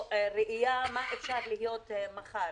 או ראייה מה אפשר להיות מחר.